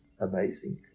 amazing